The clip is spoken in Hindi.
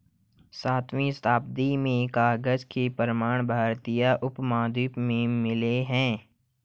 सातवीं शताब्दी में कागज के प्रमाण भारतीय उपमहाद्वीप में मिले हैं